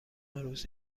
روز